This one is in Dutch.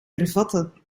hervatten